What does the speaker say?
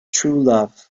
truelove